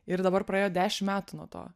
ir dabar praėjo dešim metų nuo to